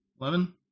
Eleven